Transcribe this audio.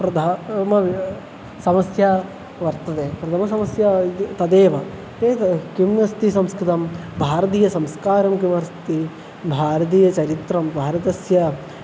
प्रथमा समस्या वर्तते प्रथमसमस्या इति तदेव ते तु किम् अस्ति संस्कृतं भारतीयसंस्कारं किमस्ति भारतीयचरित्रं भारतस्य